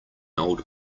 old